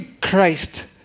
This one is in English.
Christ